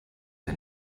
ein